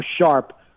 sharp